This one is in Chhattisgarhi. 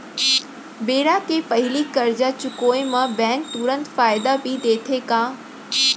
बेरा के पहिली करजा चुकोय म बैंक तुरंत फायदा भी देथे का?